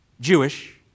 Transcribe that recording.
Jewish